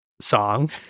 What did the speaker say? song